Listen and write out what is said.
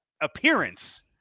appearance